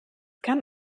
kann